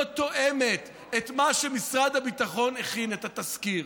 לא תואמת את מה שמשרד הביטחון הכין, את התסקיר,